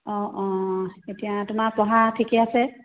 অঁ অঁ এতিয়া তোমাৰ পঢ়া ঠিকে আছে